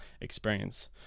experience